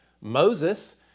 Moses